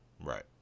Right